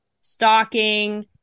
stalking